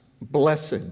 blessed